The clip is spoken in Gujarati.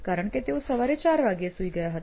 કારણ કે તેઓ સવારે 4 વાગ્યે સૂઈ ગયા હતા